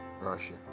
Russia